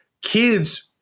kids